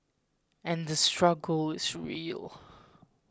and the struggle is real